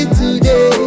today